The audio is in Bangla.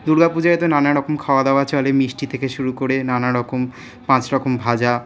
দুর্গাপূজায় তো নানারকম খাওয়া দাওয়া চলে মিষ্টি থেকে শুরু করে নানারকম পাঁচ রকম ভাজা